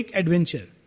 adventure